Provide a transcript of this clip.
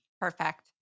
Perfect